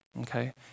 okay